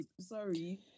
sorry